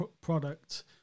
product